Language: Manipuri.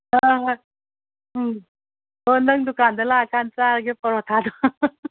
ꯍꯣꯏ ꯍꯣꯏ ꯎꯝ ꯑꯣ ꯅꯪ ꯗꯨꯀꯥꯟꯗ ꯂꯥꯛꯑ ꯀꯥꯟ ꯆꯥꯔꯒꯦ ꯄꯔꯣꯊꯥꯗꯣ